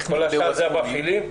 כל השאר אלה המפעילים?